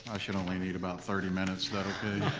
ah should only need about thirty minutes. that okay?